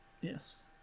Yes